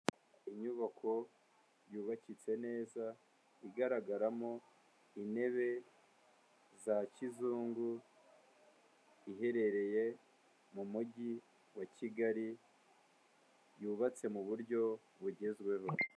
Inyubako yubakitse neza, igaragaramo intebe za kizungu, iherereye mu mujyi wa Kigali, yubatse mu buryo bugezweho.